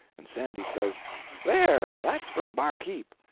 and sandy says there, that's for the barkeep.